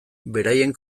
beraien